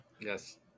Yes